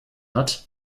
hat